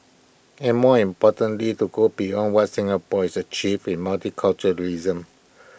and more importantly to go beyond what Singapore has achieved in multiculturalism